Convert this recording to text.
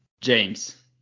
James